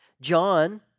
John